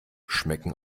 schmecken